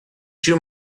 too